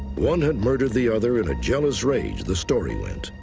one had murdered the other in a jealous rage, the story went.